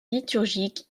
liturgiques